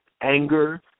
anger